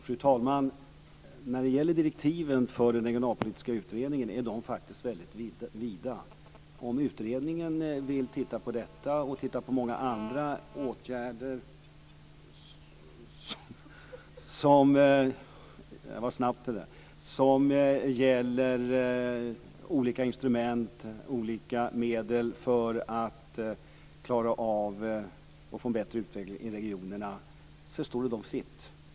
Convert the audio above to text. Fru talman! Direktiven för den regionalpolitiska utredningen är faktiskt väldigt vida. Om utredarna vill titta på detta och på många andra åtgärder som gäller olika instrument och olika medel för att klara av och få en bättre utveckling i regionerna står det dem fritt.